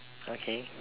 okay